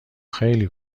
خیلی